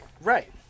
right